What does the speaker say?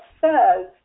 says